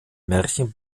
märchen